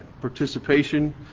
participation